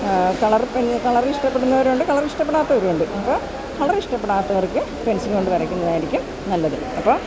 colour pen colour ഇഷ്ടപ്പെടുന്നവരുമുണ്ട് colour ഇഷ്ടപ്പെടാത്തവരുമുണ്ട് അപ്പോള് കളര് ഇഷ്ടപ്പെടാത്തവർക്ക് പെൻസില് കൊണ്ട് വരയ്ക്കുന്നതായിരിക്കും നല്ലത് അപ്പോള്